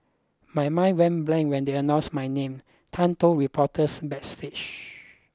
my mind went blank when they announced my name Tan told reporters backstage